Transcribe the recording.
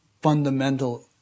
fundamental